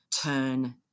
turn